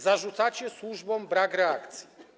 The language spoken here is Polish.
Zarzucacie służbom brak reakcji.